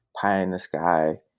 pie-in-the-sky